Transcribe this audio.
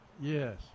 Yes